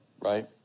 right